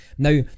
Now